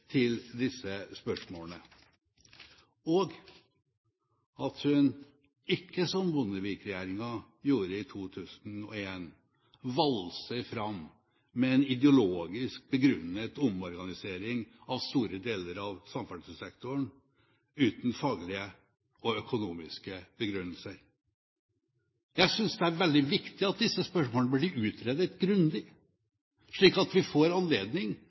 til disse spørsmålene, og at hun ikke, som Bondevik-regjeringen gjorde i 2001, valser fram med en ideologisk begrunnet omorganisering av store deler av samferdselssektoren, uten faglige og økonomiske begrunnelser. Jeg synes det er veldig viktig at disse spørsmålene blir utredet grundig, slik at vi får anledning